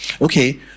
Okay